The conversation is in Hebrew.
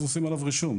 אז עושים עליו רישום.